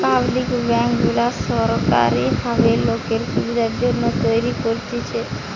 public bank গুলা সোরকারী ভাবে লোকের সুবিধার জন্যে তৈরী করতেছে